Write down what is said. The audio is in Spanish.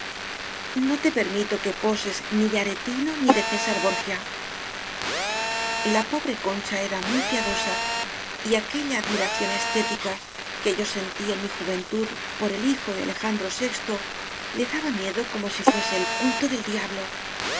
no te permito que poses ni de aretino ni de césar borgia la pobre concha era muy piadosa y aque lla admiración estética que yo sentí en mi ju ventud por el hijo de alejandro vi le daba miedo como si fuese el culto del diablo